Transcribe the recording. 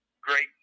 great